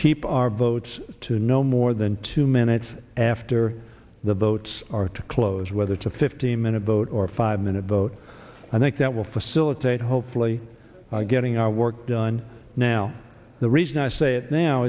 keep our votes to no more than two minutes after the votes are to close whether it's a fifteen minute vote or five minute vote i think that will facilitate hopefully getting our work done now the reason i say it now